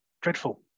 dreadful